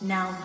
Now